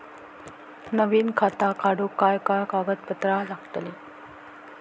नवीन खाता काढूक काय काय कागदपत्रा लागतली?